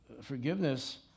Forgiveness